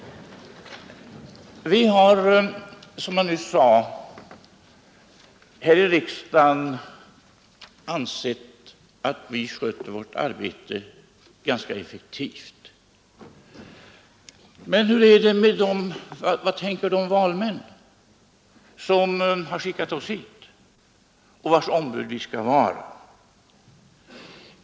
Vi har, som jag nyss sade, här i riksdagen ansett att vi sköter vårt arbete ganska effektivt. Men vad tänker de valmän som skickat oss hit och vilkas ombud vi skall vara?